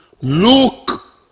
look